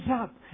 up